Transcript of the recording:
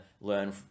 learn